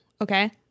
Okay